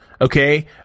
okay